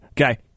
Okay